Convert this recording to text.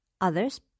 others